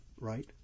right